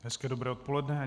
Hezké dobré odpoledne.